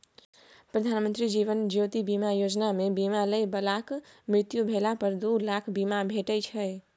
प्रधानमंत्री जीबन ज्योति बीमा योजना मे बीमा लय बलाक मृत्यु भेला पर दु लाखक बीमा भेटै छै